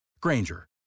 Granger